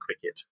cricket